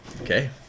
Okay